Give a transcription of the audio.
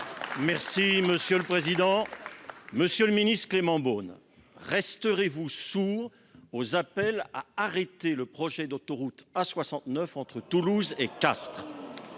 Territoires. Monsieur le ministre Clément Beaune, resterez vous sourd aux appels à arrêter le projet d’autoroute A69 entre Toulouse et Castres ?